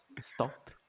stop